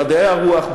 במדעי הרוח,